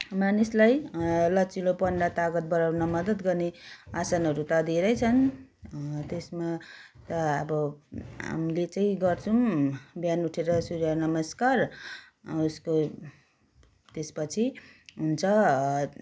मानिसलाई लचिलोपन र तागत बढाउन मदत गर्ने आसनहरू त धेरै छन् त्यसमा त अब हामीले चाहिँ गर्छौँ बिहान उठेर सूर्य नमस्कार उसको त्यसपछि हुन्छ